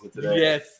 Yes